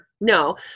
No